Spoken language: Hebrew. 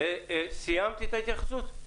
סיימת את ההתייחסות?